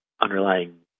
underlying